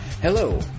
Hello